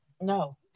no